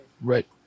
Right